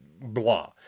blah